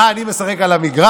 מה, אני משחק על המגרש?